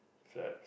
slap